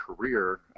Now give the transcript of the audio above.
career